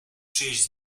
czyjeś